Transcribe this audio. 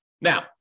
Now